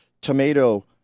tomato